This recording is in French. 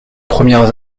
premières